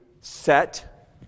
set